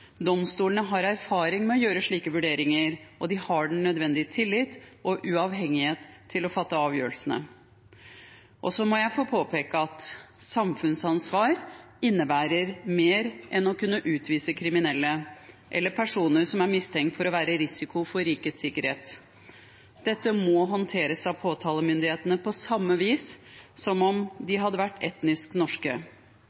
Domstolene har erfaring med å gjøre slike vurderinger, og de har den nødvendige tillit og uavhengighet til å fatte avgjørelsene. Så må jeg få påpeke at samfunnsansvar innebærer mer enn å kunne utvise kriminelle eller personer som er mistenkt for å være en risiko for rikets sikkerhet. Dette må håndteres av påtalemyndighetene på samme vis som om de